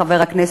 חבר הכנסת,